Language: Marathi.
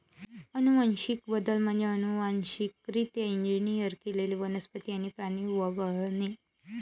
अनुवांशिक बदल म्हणजे अनुवांशिकरित्या इंजिनियर केलेले वनस्पती आणि प्राणी वगळणे